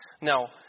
Now